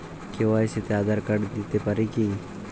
KYC তে Aadhaar card দিতে পারি কি?